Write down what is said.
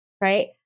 right